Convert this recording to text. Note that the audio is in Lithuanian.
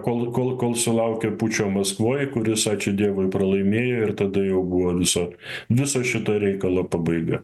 kol kol kol sulaukė pučo maskvoj kuris ačiū dievui pralaimėjo ir tada jau buvo viso viso šito reikalo pabaiga